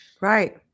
Right